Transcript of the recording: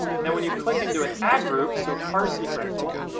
and and when you click into an ad group, so car seat rental,